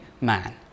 man